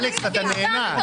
אלכס, אתה נהנה.